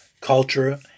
culture